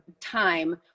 time